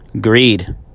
greed